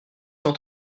cent